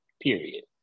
period